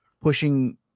pushing